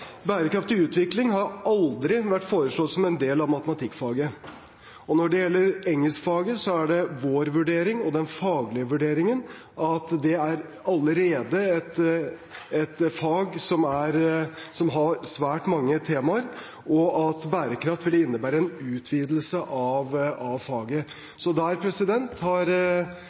Bærekraftig utvikling har aldri vært foreslått som en del av matematikkfaget. Når det gjelder engelskfaget, er både vår vurdering og den faglige vurderingen at det allerede er et fag som har svært mange temaer, og at det å innlemme bærekraft ville innebære en utvidelse av faget. Så der har